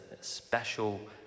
special